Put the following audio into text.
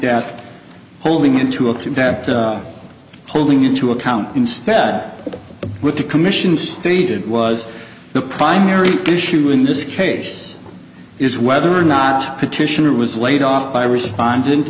that holding into a combat holding into account instead with the commission stated was the primary issue in this case is whether or not petitioner was laid off by respondent